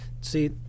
See